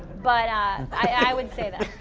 but i would say that.